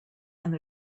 and